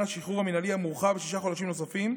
השחרור המינהלי המורחב לשישה חודשים נוספים,